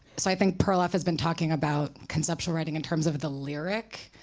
so i think perloff has been talking about conceptual writing in terms of the lyric